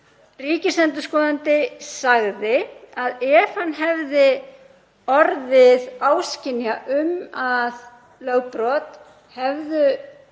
Ríkisendurskoðandi sagði að ef hann hefði orðið áskynja um að lögbrot hefðu